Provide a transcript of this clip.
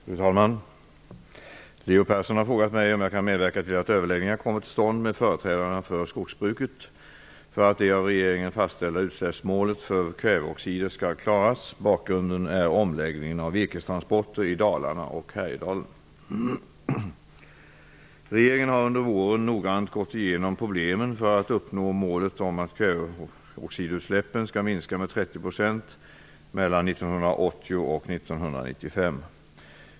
Fru talman! Leo Persson har frågat mig om jag kan medverka till att överläggningar kommer till stånd med företrädarna för skogsbruket för att det av regeringen fastställda utsläppsmålet för kväveoxider skall klaras. Bakgrunden är omläggningen av virkestransporter i Dalarna och Regeringen har under våren noggrant gått igenom problemen med att uppnå målet om att kväveoxidutsläppen skall minska med 30 % mellan 1980 och 1995.